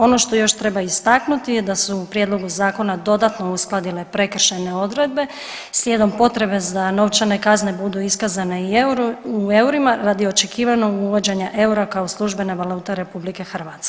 Ono što još treba istaknuti jest da su se u prijedlogu zakona dodatno uskladile prekršajne odredbe slijedom potrebe da novčane kazne budu iskazane i eurima radi očekivanog uvođenja eura kao službene valute RH.